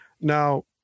Now